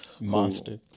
monster